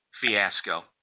fiasco